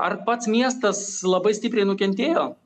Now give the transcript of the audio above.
ar pats miestas labai stipriai nukentėjo